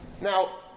Now